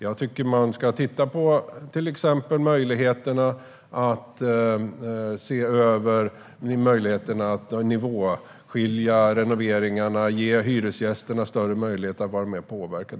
Jag tycker att man ska titta på till exempel möjligheterna att nivåskilja renoveringarna och ge hyresgästerna större möjlighet att vara med och påverka.